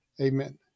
Amen